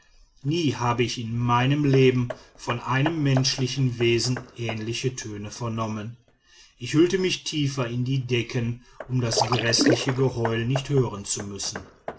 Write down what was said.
nie habe ich in meinem leben von einem menschlichen wesen ähnliche töne vernommen ich hüllte mich tiefer in die decken um das gräßliche geheul nicht hören zu müssen